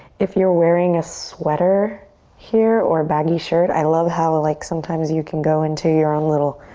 if you're wearing a sweater here or a baggy shirt, i love how ah like sometimes you can go into your own little